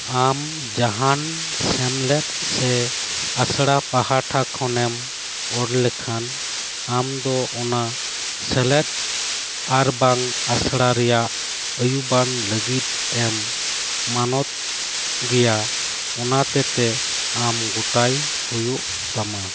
ᱟᱢ ᱡᱟᱦᱟᱱ ᱥᱮᱢᱞᱮᱫ ᱥᱮ ᱟᱥᱲᱟ ᱯᱟᱦᱴᱟ ᱠᱷᱚᱱᱮᱢ ᱚᱞ ᱞᱮᱠᱷᱟᱱ ᱟᱢ ᱫᱚ ᱚᱱᱟ ᱥᱮᱞᱮᱫ ᱟᱨᱵᱟᱝ ᱟᱥᱲᱟ ᱨᱮᱭᱟᱜ ᱟᱹᱭᱩᱵᱟᱱ ᱞᱟᱹᱜᱤᱫ ᱮᱢ ᱢᱟᱱᱚᱛ ᱜᱮᱭᱟ ᱚᱱᱟ ᱛᱮᱛᱮᱫ ᱟᱢ ᱜᱚᱴᱟᱭ ᱦᱩᱭᱩᱜ ᱛᱟᱢᱟ